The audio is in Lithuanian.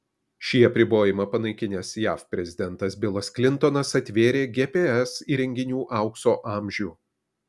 šį apribojimą panaikinęs jav prezidentas bilas klintonas atvėrė gps įrenginių aukso amžių